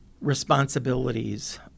responsibilities